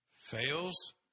fails